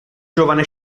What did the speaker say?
giovane